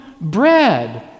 bread